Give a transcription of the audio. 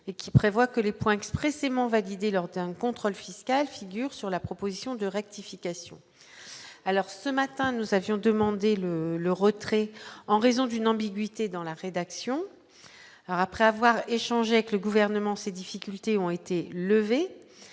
et qui prévoit que les points expressément validé lors d'un contrôle fiscal figurent sur la proposition de rectification, alors ce matin, nous avions demandé le le retrait en raison d'une ambiguïté dans la rédaction, alors après avoir échangé avec le gouvernement, ces difficultés ont été levées,